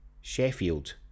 Sheffield